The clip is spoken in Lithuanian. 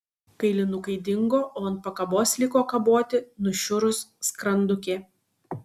kailinukai dingo o ant pakabos liko kaboti nušiurus skrandukė